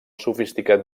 sofisticat